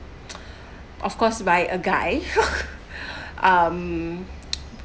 of course by a guy um